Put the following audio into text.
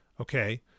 Okay